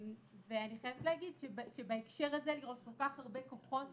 אני חייבת להגיד שבהקשר הזה לראות כל כך הרבה כוחות